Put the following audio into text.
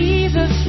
Jesus